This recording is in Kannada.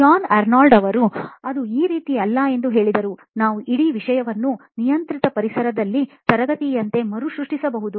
ಜಾನ್ ಅರ್ನಾಲ್ಡ್ ಅವರು ಇದು ಈ ರೀತಿ ಅಲ್ಲ ಎಂದು ಹೇಳಿದರು ನಾವು ಇಡೀ ವಿಷಯವನ್ನು ನಿಯಂತ್ರಿತ ಪರಿಸರದಲ್ಲಿ ತರಗತಿಯಂತೆ ಮರುಸೃಷ್ಟಿಸಬಹುದು